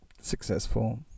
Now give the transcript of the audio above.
successful